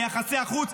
ליחסי החוץ.